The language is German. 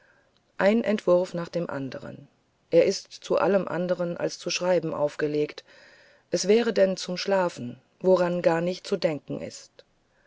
ein entwurf nach dem anderen er ist zu allem anderen als zum schreiben aufgelegt es wäre denn zum schlafen woran gar nicht zu denken ist